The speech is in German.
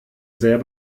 sehr